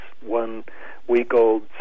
one-week-old